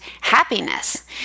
happiness